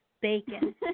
Bacon